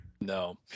No